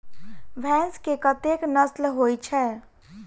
भैंस केँ कतेक नस्ल होइ छै?